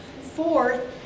Fourth